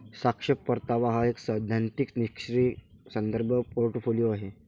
सापेक्ष परतावा हा एक सैद्धांतिक निष्क्रीय संदर्भ पोर्टफोलिओ आहे